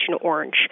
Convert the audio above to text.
Orange